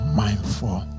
mindful